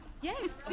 Yes